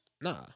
Nah